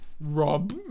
Rob